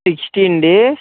sixty అండి